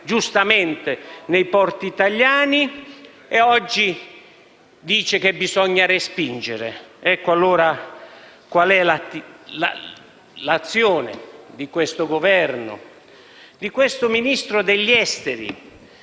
giustamente nei porti italiani e oggi dice che bisogna respingere. Qual è allora l'azione di questo Governo e di questo Ministro degli affari